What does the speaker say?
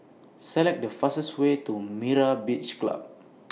Select The fastest Way to Myra's Beach Club